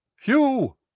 Hugh